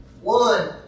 One